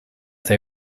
they